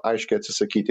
aiškiai atsisakyti